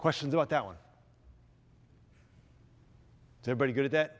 questions about that one they're pretty good at that